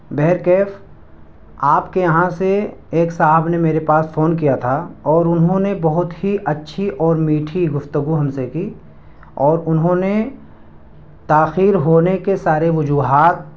بہرکیف آپ کے یہاں سے ایک صاحب نے میرے پاس فون کیا تھا اور انہوں نے بہت ہی اچھی اور میٹھی گفتگو ہم سے کی اور انہوں نے تاخیر ہونے کے سارے وجوہات